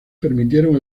permitieron